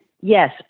yes